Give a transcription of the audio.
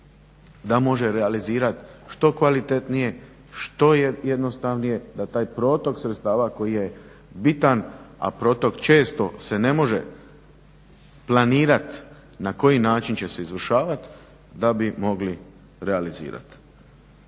da može realizirati što kvalitetnije što jednostavnije da taj protok sredstava koji je bitan, a protok često se ne može planirati na koji način će se izvršavati da bi mogli realizirati.